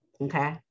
Okay